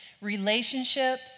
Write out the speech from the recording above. relationship